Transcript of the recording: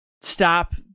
stop